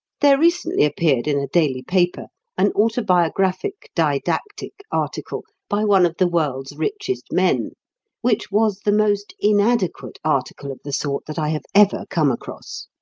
there recently appeared in a daily paper an autobiographic-didactic article by one of the world's richest men which was the most inadequate article of the sort that i have ever come across.